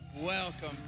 welcome